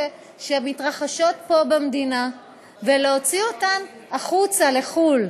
שמתרחשות פה במדינה ולהוציא אותן החוצה לחו"ל,